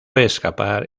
escapar